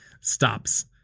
stops